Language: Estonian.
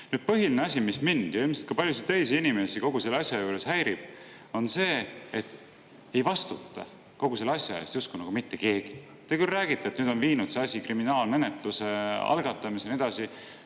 Põhiline asi, mis mind ja ilmselt ka paljusid teisi inimesi kogu selle asja juures häirib, on see, et ei vastuta kogu selle asja eest justkui mitte keegi. Te küll räägite, et nüüd on viinud see asi kriminaalmenetluse algatamiseni ja nii edasi.